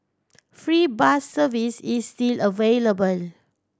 free bus service is still available